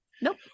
Nope